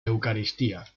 eucaristía